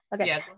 Okay